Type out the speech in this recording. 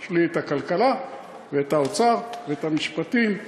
יש לי הכלכלה, האוצר והמשפטים,